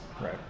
right